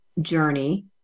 journey